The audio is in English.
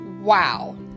wow